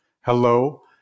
Hello